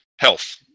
Health